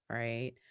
right